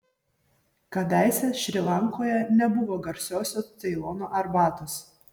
kadaise šri lankoje nebuvo garsiosios ceilono arbatos